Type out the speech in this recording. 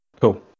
Cool